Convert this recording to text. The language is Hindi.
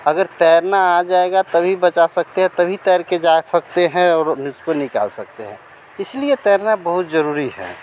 अगर तैरना आ जाएगा तभी बचा सकते हैं तभी तैर के जा सकते हैं और उसको निकाल सकते हैं इसलिए तैरना बहुत ज़रूरी है